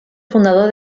fundador